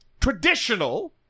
traditional